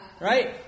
Right